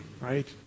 right